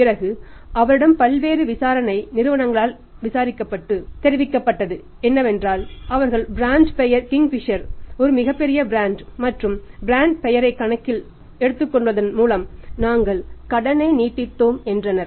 பிறகு அவரிடம் பல்வேறு விசாரணை நிறுவனங்களால் விசாரிக்கப்பட்டு தெரிவிக்கப் பட்டது என்னவென்றால் அவர்கள் பிராண்ட் பெயர் கிங்பிஷர் ஒரு மிகப் பெரிய பிராண்ட் மற்றும் பிராண்ட் பெயரைக் கணக்கில் எடுத்துக்கொள்வதன் மூலம் நாங்கள் கடனை நீட்டித்தோம் என்றார்கள்